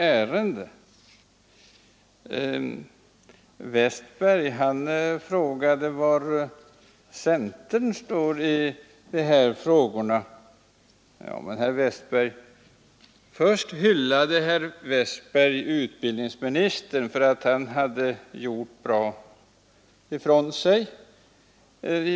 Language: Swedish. Herr Westberg i Ljusdal frågade var centern står i de här sammanhangen. Dessförinnan hyllade herr Westberg utbildningsministern för att han hade gjort bra ifrån sig.